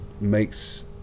makes